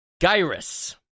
Gyrus